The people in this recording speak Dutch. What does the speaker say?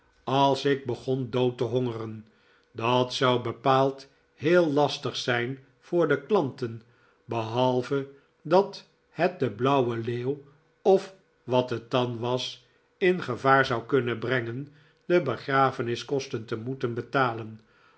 als ik begon dood te hongeren dat zou bepaald heel lastig zijn voor de klanten behalve dat het den blauwen leeuw of wat het dan was in gevaar zou kunnen brengen de begrafeniskosten te moeten betalen